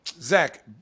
Zach